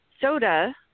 soda